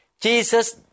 Jesus